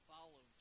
Follow